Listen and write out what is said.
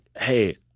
hey